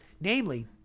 Namely